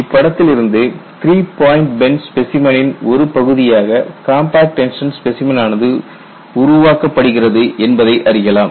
இப்படத்தில் இருந்து three point bend ஸ்பெசைமனின் ஒரு பகுதியாக கம்பாக்ட் டென்ஷன் ஸ்பெசைமன் ஆனது உருவாக்கப்படுகிறது என்பதை அறியலாம்